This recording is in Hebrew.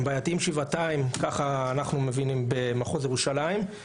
הם בעייתיים שבעתיים במחוז ירושלים,